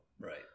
Right